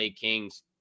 Kings